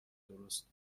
درست